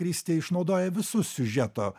kristė išnaudoja visus siužeto